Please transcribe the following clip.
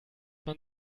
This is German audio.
man